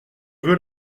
veux